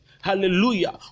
Hallelujah